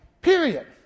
Period